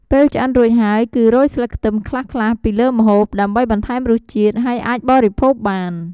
ពេលឆ្អិនរួចហើយ គឺរោយស្លឹកខ្ទឹមខ្លះៗពីលើម្ហូប ដើម្បីបន្ថែមរសជាតិ ហើយអាចបរិភោគបាន។